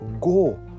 go